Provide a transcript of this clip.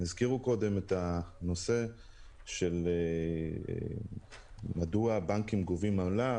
הזכירו קודם את הנושא של מדוע בנקים גובים עמלה,